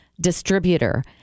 distributor